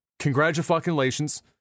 congratulations